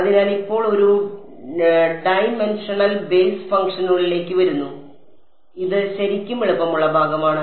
അതിനാൽ ഇപ്പോൾ ഒരു ഡൈമൻഷണൽ ബേസ് ഫംഗ്ഷനുകളിലേക്ക് വരുന്നു അതിനാൽ ഇത് ശരിക്കും എളുപ്പമുള്ള ഭാഗമാണ്